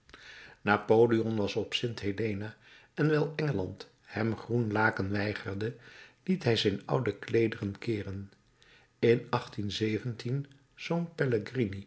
napoleon was op st helena en wijl engeland hem groen laken weigerde liet hij zijn oude kleederen keeren in